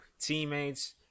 teammates